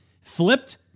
flipped